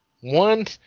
one